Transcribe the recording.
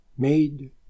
made